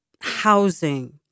housing